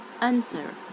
answer